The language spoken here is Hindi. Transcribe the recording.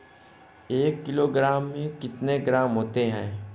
एक किलोग्राम में कितने ग्राम होते हैं?